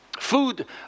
food